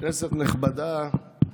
כנסת נכבדה,